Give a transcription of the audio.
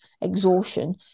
exhaustion